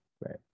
Right